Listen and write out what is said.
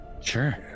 Sure